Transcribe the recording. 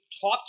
top